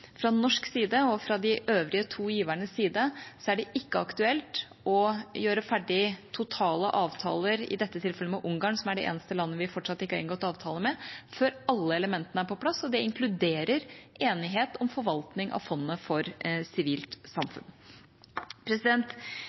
Fra norsk side og fra de øvrige to givernes side er det ikke aktuelt å gjøre ferdig totale avtaler, i dette tilfellet med Ungarn, som er det eneste landet vi fortsatt ikke har inngått avtale med, før alle elementene er på plass. Det inkluderer enighet om forvaltning av fondet for sivilt samfunn.